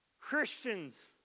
Christians